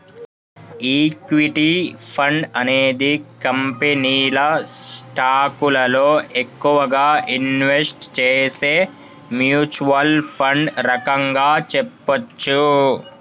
equity fund అనేది కంపెనీల స్టాకులలో ఎక్కువగా ఇన్వెస్ట్ చేసే మ్యూచ్వల్ ఫండ్ రకంగా చెప్పచ్చు